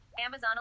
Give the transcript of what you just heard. Amazon